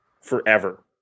forever